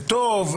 זה טוב,